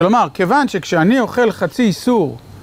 כלומר, כיוון שכשאני אוכל חצי איסור...